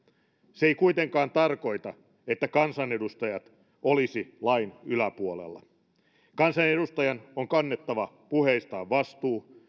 se ei kuitenkaan tarkoita että kansanedustajat olisivat lain yläpuolella kansanedustajan on kannettava puheistaan vastuu